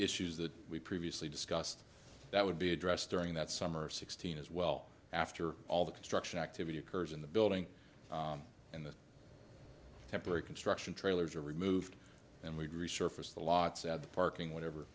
issues that we previously discussed that would be addressed during that summer sixteen as well after all the construction activity occurs in the building and the temporary construction trailers are removed and we'd resurface the lot said parking whatever